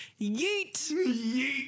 yeet